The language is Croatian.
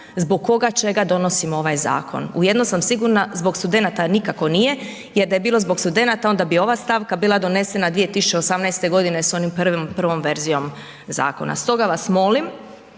zbog koga čega donosimo ovaj zakon? U jedno sam sigurna, zbog studenata nikako nije jer da je bilo zbog studenata, onda bi ova stavka bila donesena 2018. g. s onom prvom verzijom zakona stoga vas molim